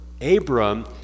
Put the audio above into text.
Abram